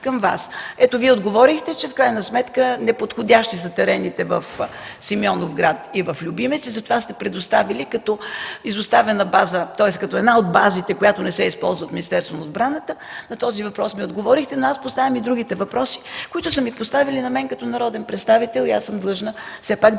към Вас. Вие отговорихте, че в крайна сметка терените в Симеоновград и в Любимец са неподходящи и затова сте предоставили като изоставена база, тоест една от базите, която не се използва от Министерството на отбраната. На този въпрос не отговорихте, но аз поставям и другите въпроси, които са ми поставили на мен като народен представител и аз трябва все пак да